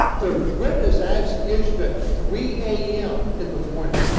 the writ is actually issued at three a m. in the morning.